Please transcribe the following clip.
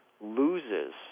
loses